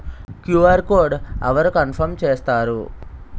QR code అవరు confirm చేస్తారు?